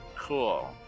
Cool